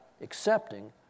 accepting